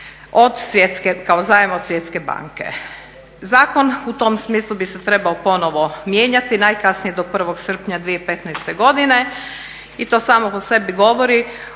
kao zajam od Svjetske banke. Zakon u tom smislu bi se trebao ponovo mijenjati najkasnije do 1.srpnja 2015.godine i to samo po sebi govori